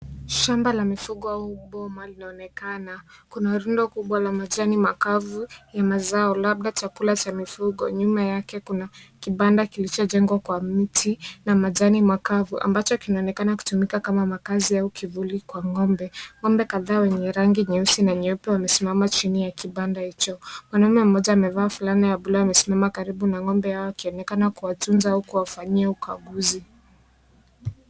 Shamba la mifugo au boma, linaonekana. Kuna rundo kubwa la majani makavu ya mazao, labda chakula cha mifugo. Nyuma yake kuna kibanda kilichojengwa kwa miti na majani makavu, ambacho kinaonekana kutumika kama makazi au kivuli kwa ng'ombe. Ng'ombe kadhaa wenye rangi nyeusi na nyeupe wamesimama chini ya kibanda hicho. Mwanaume mmoja amevaa fulana ya bluu amesimama karibu na ng'ombe yake akionekana kuwatunza au kuwafanyia ukaguzi.